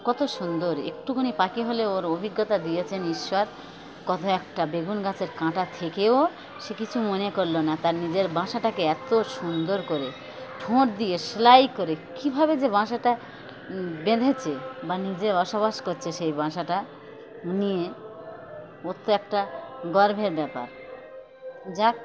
কত সুন্দর একটুকুনি পাখি হলেও ওর অভিজ্ঞতা দিয়েছেন ঈশ্বর কত একটা বেগুন গাছের কাঁটা থেকেও সে কিছু মনে করলো না তার নিজের বাসাটাকে এত সুন্দর করে ঠোঁট দিয়ে সেলাই করে কীভাবে যে বাসাটা বেঁধেছে বা নিজে বসবাস করছে সেই বাসাটা নিয়ে ও তো একটা গর্বের ব্যাপার যাক